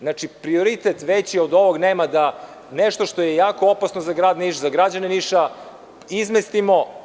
Znači, prioritet veći od ovog nema da nešto što je jako opasno za grad Niš, za građane Niša izmestimo.